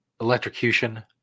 electrocution